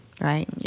right